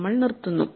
നമ്മൾ നിർത്തുന്നു